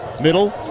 middle